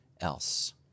else